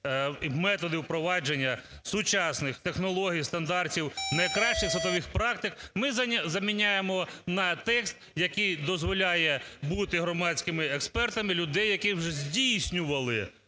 методи впровадження сучасних технологій, стандартів, найкращих світових практик, ми заміняємо на текст, який дозволяє бути громадськими експертами людей, які вже здійснювали